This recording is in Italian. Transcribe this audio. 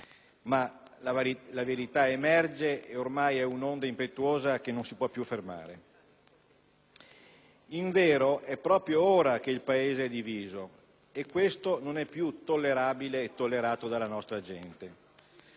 ma la verità emerge e ormai è un'onda impetuosa che non si può più fermare. Invero, è proprio ora che il Paese è diviso e questo non è più tollerabile e tollerato dalla nostra gente;